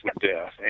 death